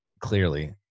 clearly